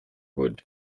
wood